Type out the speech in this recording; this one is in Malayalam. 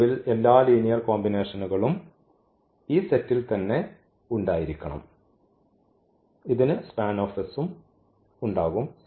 ഒടുവിൽ എല്ലാ ലീനിയർ കോമ്പിനേഷനുകളും ഈ സെറ്റിൽ തന്നെ ഉണ്ടായിരിക്കണം ഇതിനർത്ഥം ഇതിന് SPAN ഉം ഉണ്ടാകും